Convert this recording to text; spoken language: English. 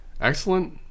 Excellent